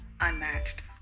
unmatched